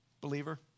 Believer